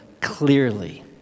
clearly